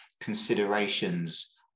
considerations